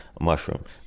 mushrooms